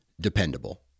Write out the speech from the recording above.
dependable